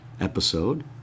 episode